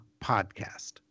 podcast